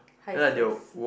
High S_E_S